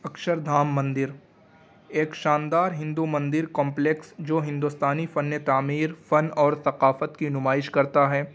اکشر دھام مندر ایک شاندار ہندو مندر کمپلیکس جو ہندوستانی فن تعمیر فن اور ثقافت کی نمائش کرتا ہیں